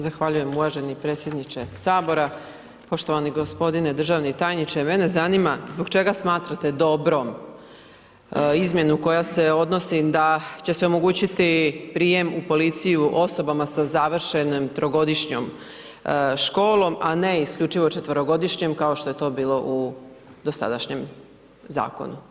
Zahvaljujem uvaženi predsjedniče Sabora, poštovani gospodine državni tajniče, mene zanima, zbog čega smatrate dobrom izmjenom koja se odnosi da će se omogućiti prijem u policiju osobama sa završenom trogodišnjom školom, a ne isključivo četverogodišnjem, kao što je to bilo u dosadašnjem zakonu?